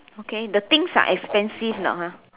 okay the things are expensive not ha